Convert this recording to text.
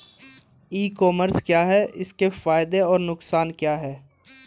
ई commerce क्या है इसके फायदे और नुकसान क्या है?